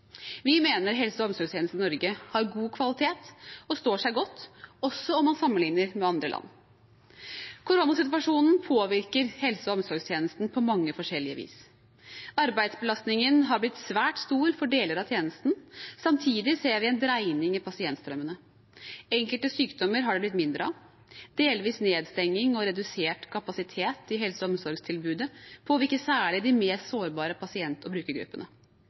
Vi mener helse- og omsorgstjenesten i Norge har god kvalitet og står seg godt, også om man sammenligner med andre land. Koronasituasjonen påvirker helse- og omsorgstjenesten på mange forskjellige vis. Arbeidsbelastningen har blitt svært stor for deler av tjenesten, og samtidig ser vi en dreining i pasientstrømmene. Enkelte sykdommer har det blitt mindre av. Delvis nedstenging og redusert kapasitet i helse- og omsorgstilbudet påvirker særlig de mest sårbare pasient- og brukergruppene.